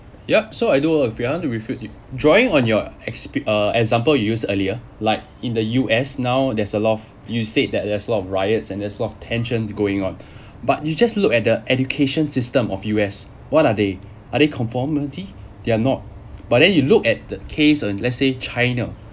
yup so I do agree I want to refute you drawing on your exp~ uh example you used earlier like in the U_S now there's a lot of you said that there's a lot of riots and there's a lot of tension going on but you just look at the education system of U_S what are they are they conformity they're not but then you look at the case uh let's say china